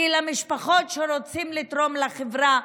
כי משפחות שרוצות לתרום לחברה,